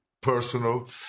personal